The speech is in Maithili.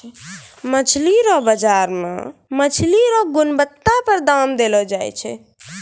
मछली रो बाजार मे मछली रो गुणबत्ता पर दाम देलो जाय छै